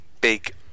big